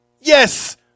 Yes